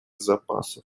запасов